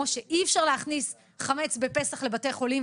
כמו שאי-אפשר להכניס חמץ בפסח לבתי חולים,